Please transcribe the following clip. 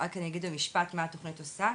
רק אני אגיד במשפט מה התוכנית עושה,